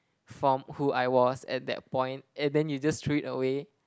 form who I was at that point and then you just threw it away